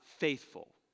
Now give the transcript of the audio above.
faithful